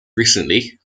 recently